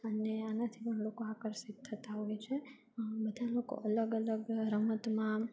અને આનાથી પણ લોકો આકર્ષિત થતા હોય છે બધા લોકો અલગ અલગ રમતમાં